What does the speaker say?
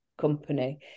company